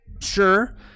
Sure